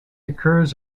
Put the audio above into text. occurs